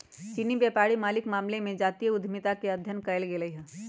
चीनी व्यापारी मालिके मामले में जातीय उद्यमिता के अध्ययन कएल गेल हइ